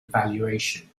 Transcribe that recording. evaluation